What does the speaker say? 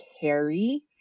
carry